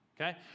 okay